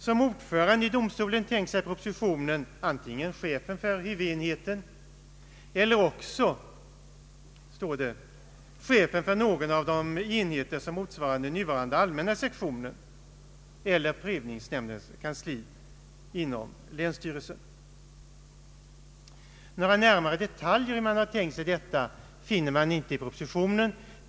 Som ordförande i domstolen tänker man sig i propositionen antingen chefen för huvudenheten eller också, anförs det, chefen för någon av de enheter som motsvarar nuvarande allmänna sektionen eller prövningsnämndens kansli inom länsstyrelsen. Några närmare detaljer om hur detta är tänkt finner man inte i propositionen.